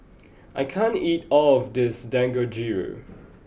I can't eat all of this Dangojiru